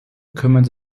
kümmert